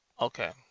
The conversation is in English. okay